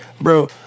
Bro